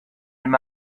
him